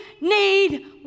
need